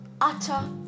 utter